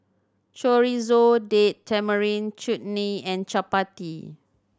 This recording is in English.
Chorizo Date Tamarind Chutney and Chapati